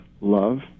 love